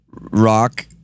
rock